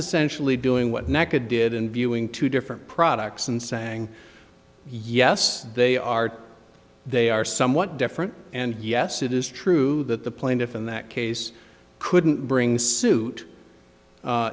sensually doing what neka did and viewing two different products and saying yes they are they are somewhat different and yes it is true that the plaintiff in that case couldn't bring suit